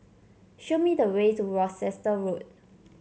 show me the way to Worcester Road